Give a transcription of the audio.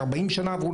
ארבעים שנה עברו?